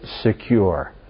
secure